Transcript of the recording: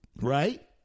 Right